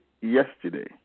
yesterday